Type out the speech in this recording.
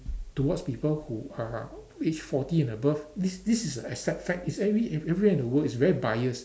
towards people who are aged forty and above this this is a accept fact it's every everywhere in the world it's very bias